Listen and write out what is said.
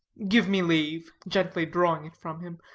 give me leave, gently drawing it from him.